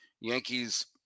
Yankees –